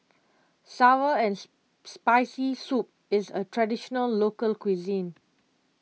Sour and Spicy Soup is a Traditional Local Cuisine